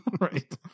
right